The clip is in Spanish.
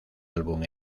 álbum